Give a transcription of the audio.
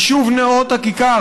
היישוב נאות הכיכר,